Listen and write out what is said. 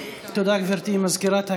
תודה, גברתי מזכירת הכנסת.